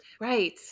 Right